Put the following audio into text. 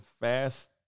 fast